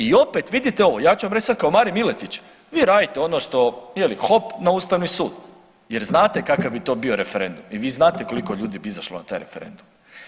I opet vidite ovo, ja ću vam reći sad kao Marin Miletić, vi radite ono što je li hop na Ustavni sud jer znate kakav bi to bio referendum i vi znate koliko ljudi bi izašlo na taj referendum.